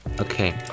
Okay